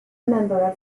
member